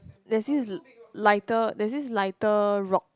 there's this lighter there's this lighter rock